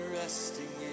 resting